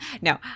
no